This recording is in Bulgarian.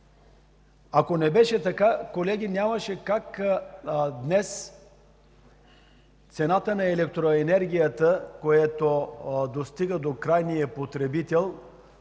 Ако не беше така, колеги, нямаше как днес цената на електроенергията, която достига до крайния потребител,